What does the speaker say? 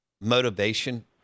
motivation